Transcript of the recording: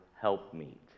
helpmeet